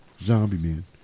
Zombie-Man